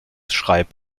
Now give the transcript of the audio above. schreib